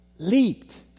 leaped